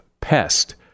pest